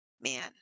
man